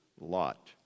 Lot